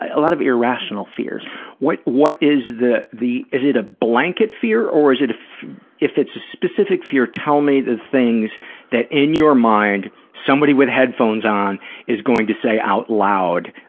a lot of irrational fears. what what is the, is it a blanket fear or is it, if if it's a specific fear, tell me the things that, in your mind, somebody with headphones on is going to say out loud,